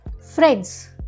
Friends